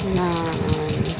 ନା